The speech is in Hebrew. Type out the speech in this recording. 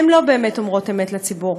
הן לא באמת אומרות אמת לציבור.